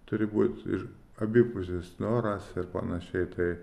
turi būt ir abipusis noras ir panašiai tai